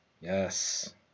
Yes